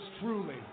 truly